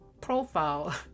profile